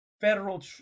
federal